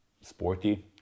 sporty